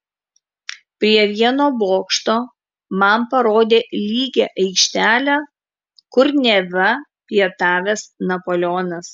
prie vieno bokšto man parodė lygią aikštelę kur neva pietavęs napoleonas